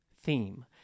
theme